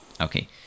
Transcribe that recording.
Okay